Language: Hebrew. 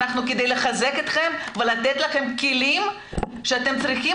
אנחנו כדי לחזק אתכם ולתת לכם כלים שאתם צריכים